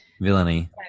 Villainy